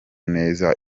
neza